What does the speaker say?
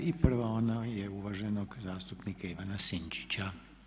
I prva ona je uvaženog zastupnika Ivana Sinčića.